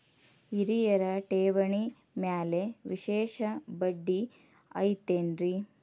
ಹಿರಿಯರ ಠೇವಣಿ ಮ್ಯಾಲೆ ವಿಶೇಷ ಬಡ್ಡಿ ಐತೇನ್ರಿ?